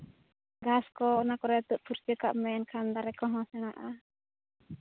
ᱜᱷᱟᱥ ᱠᱚ ᱚᱱᱟ ᱠᱚᱨᱮ ᱛᱩᱫ ᱯᱷᱟᱨᱪᱟ ᱠᱟᱜ ᱢᱮ ᱮᱱᱠᱷᱟᱱ ᱫᱟᱨᱮ ᱠᱚᱦᱚᱸ ᱥᱮᱬᱟᱜᱼᱟ